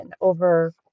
over